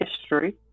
history